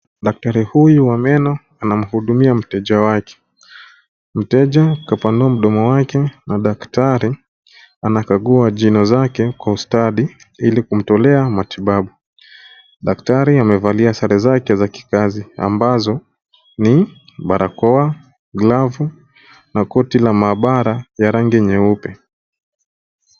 Daktari huyu wa meno anamhudumia mteja wake. Mteja kapanua mdomo wake na daktari anakagua jino zake kwa ustadi ili kumtolea matibabu. Daktari amevalia sare zake za kikazi ambazo ni barakoa ,glavu na koti la maabara la rangi nyeupe.